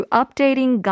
updating